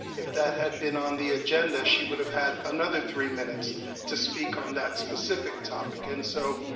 if that had been on the agenda, she would've had another three minutes to speak on that specific topic. and so